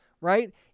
right